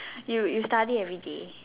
you you study everyday